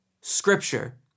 scripture